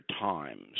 times